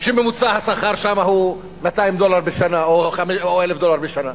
שממוצע השכר שם הוא 200 דולר בשנה או 1,000 דולר בשנה.